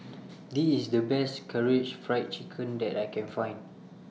This IS The Best Karaage Fried Chicken that I Can Find